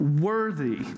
worthy